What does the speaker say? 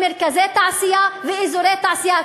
מרכזי תעשייה ואזורי תעשייה.